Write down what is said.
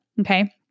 Okay